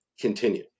continue